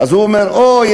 הוא אומר: אוי,